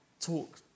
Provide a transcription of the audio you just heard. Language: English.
talk